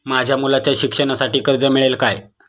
माझ्या मुलाच्या शिक्षणासाठी कर्ज मिळेल काय?